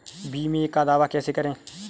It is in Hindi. बीमे का दावा कैसे करें?